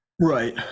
Right